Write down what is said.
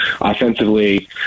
offensively